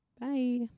Bye